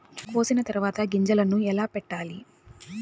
కోసిన తర్వాత గింజలను ఎలా పెట్టాలి